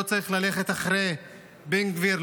לא צריך ללכת אחרי בן גביר,